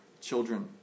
children